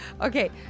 Okay